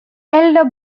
elder